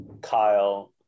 Kyle